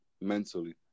mentally